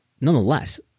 Nonetheless